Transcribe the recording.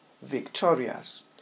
victorious